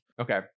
Okay